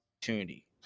opportunity